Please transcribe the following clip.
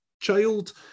child